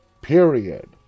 period